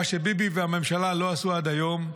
מה שביבי והממשלה לא עשו עד היום,